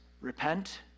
repent